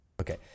Okay